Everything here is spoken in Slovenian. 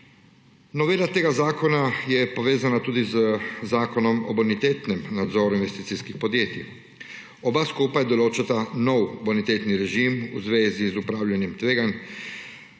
Novela tega zakona je povezana tudi z Zakonom o bonitetnem nadzoru investicijskih podjetij. Oba skupaj določata nov bonitetni režim v zvezi z upravljanjem tveganj,